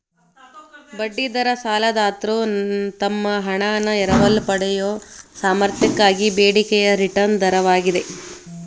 ಬಡ್ಡಿ ದರ ಸಾಲದಾತ್ರು ತಮ್ಮ ಹಣಾನ ಎರವಲು ಪಡೆಯಯೊ ಸಾಮರ್ಥ್ಯಕ್ಕಾಗಿ ಬೇಡಿಕೆಯ ರಿಟರ್ನ್ ದರವಾಗಿದೆ